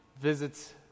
visits